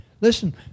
Listen